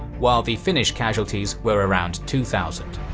while the finnish casualties were around two thousand.